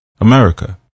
America